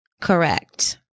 Correct